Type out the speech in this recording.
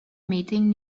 meeting